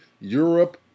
europe